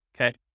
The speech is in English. okay